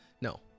No